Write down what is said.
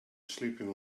sleeping